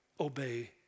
obey